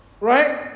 Right